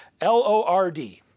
L-O-R-D